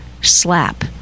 slap